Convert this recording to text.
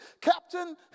captain